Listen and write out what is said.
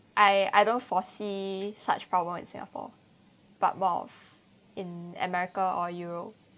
I I don't foresee such problem in singapore but while in america or europe